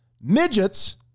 midgets